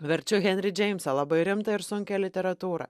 verčiu henrį džeimsą labai rimtą ir sunkią literatūrą